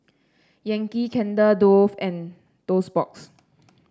Yankee Candle Dove and Toast Box